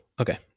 Okay